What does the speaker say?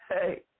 Hey